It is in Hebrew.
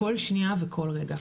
כל שנייה וכל רגע,